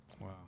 Wow